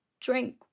drink